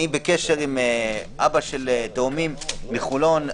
אני בקשר עם אבא של תאומים מחולון,